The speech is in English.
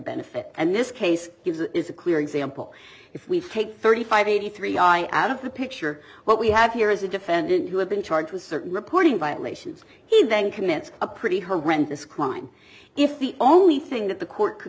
benefit and this case is a clear example if we take thirty five eighty three i out of the picture what we have here is a defendant who had been charged with certain reporting violations he then commits a pretty horrendous crime if the only thing that the court could